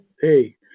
hey